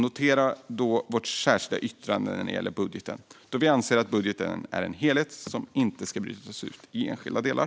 Notera också vårt särskilda yttrande när det gäller budgeten, då vi anser att budgeten är en helhet som inte ska brytas upp i enskilda delar.